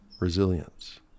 resilience